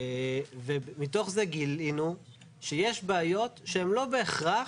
ומתוך זה גילינו שיש בעיות שהן לא בהכרח,